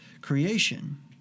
creation